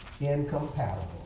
incompatible